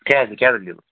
کیٛازِ کیٛاہ دٔلیٖل